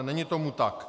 Není tomu tak.